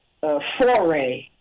foray